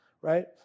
right